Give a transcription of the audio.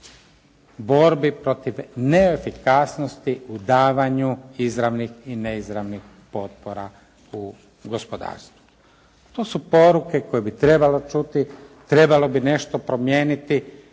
borbi protiv neefikasnosti u davanju izravnih i neizravnih potpora u gospodarstvu. To su poruke koje bi trebalo čuti. Trebalo bi nešto promijeniti